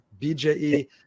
bje